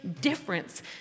difference